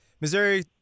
Missouri